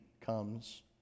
comes